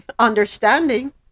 understanding